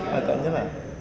agaknya lah